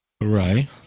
Right